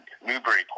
Newburyport